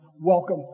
Welcome